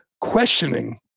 questioning